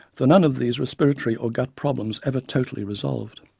though none of these respiratory or gut problems ever totally resolved.